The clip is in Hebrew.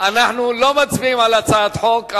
לא מצביעים על הצעת החוק,